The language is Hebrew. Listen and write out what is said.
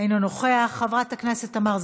אינו נוכח, חברת הכנסת תמר זנדברג,